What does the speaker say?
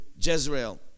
Jezreel